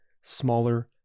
smaller